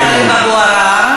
חבר הכנסת טלב אבו עראר,